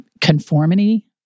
conformity